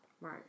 Right